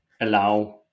allow